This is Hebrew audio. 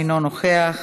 אינו נוכח,